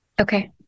Okay